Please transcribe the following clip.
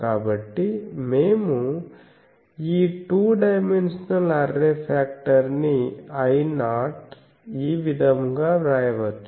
కాబట్టి మేము ఈ టూ డైమెన్షనల్ అర్రే ఫాక్టర్ ని I0 ఈ విధముగా వ్రాయవచ్చు